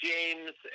James